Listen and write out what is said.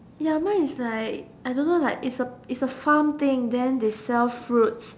ya mine is like I don't know like is a is a farm thing then they sell fruits